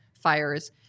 fires